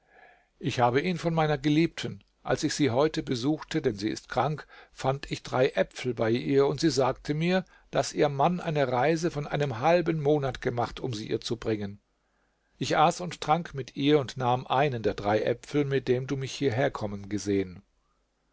ich habe ihn von meiner geliebten als ich sie heute besuchte denn sie ist krank fand ich drei äpfel bei ihr und sie sagte mir daß ihr mann eine reise von einem halben monat gemacht um sie ihr zu bringen ich aß und trank mit ihr und nahm einen der drei äpfel mit dem du mich hierherkommen gesehen